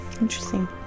Interesting